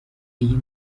iyo